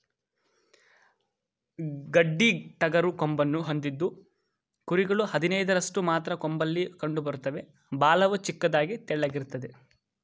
ಗಡ್ಡಿಟಗರು ಕೊಂಬನ್ನು ಹೊಂದಿದ್ದು ಕುರಿಗಳು ಹದಿನೈದರಷ್ಟು ಮಾತ್ರ ಕೊಂಬಲ್ಲಿ ಕಂಡುಬರ್ತವೆ ಬಾಲವು ಚಿಕ್ಕದಾಗಿ ತೆಳ್ಳಗಿರ್ತದೆ